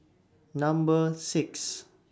Number six